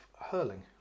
hurling